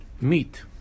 meet